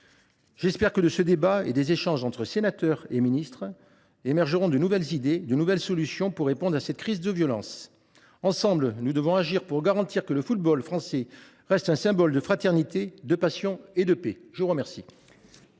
J’espère que de ce débat et des échanges entre les sénateurs et Mme la ministre émergeront de nouvelles idées et solutions pour répondre à cette crise de violence. Ensemble, nous devons agir pour garantir que le football français reste un symbole de fraternité, de passion et de paix. La parole